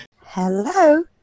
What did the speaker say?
Hello